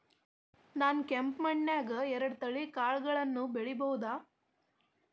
ನಾನ್ ಕೆಂಪ್ ಮಣ್ಣನ್ಯಾಗ್ ಎರಡ್ ತಳಿ ಕಾಳ್ಗಳನ್ನು ನೆಡಬೋದ?